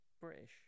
British